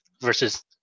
versus